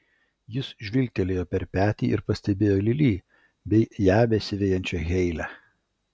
jis žvilgtelėjo per petį ir pastebėjo lili bei ją besivejančią heilę